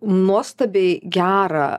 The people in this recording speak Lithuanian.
nuostabiai gerą